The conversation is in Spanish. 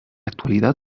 actualidad